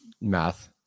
math